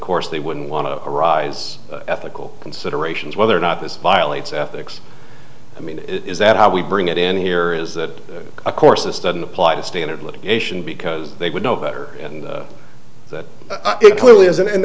course they wouldn't want to arise ethical considerations whether or not this violates ethics i mean is that how we bring it in here is that of course this doesn't apply to stand it litigation because they would know better and that it clearly isn't and